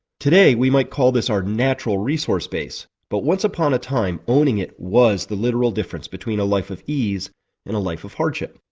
today we might call this our natural resource base but once upon a time owning it was the literal difference between a life of ease and a life of hardship.